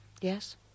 Yes